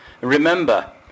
Remember